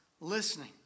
listening